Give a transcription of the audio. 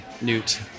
Newt